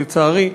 לצערי,